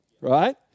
right